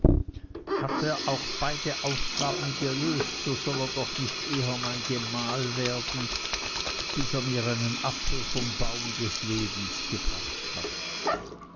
hat er auch die beiden aufgaben gelöst so soll er doch nicht eher mein gemahl werden bis er mir einen apfel vom baume des lebens gebracht hat